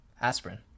aspirin